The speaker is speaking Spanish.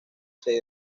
seis